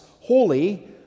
holy